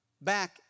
back